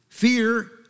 Fear